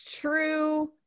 true